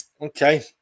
okay